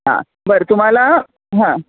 हा बरं तुम्हाला हा